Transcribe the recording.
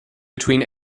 between